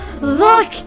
look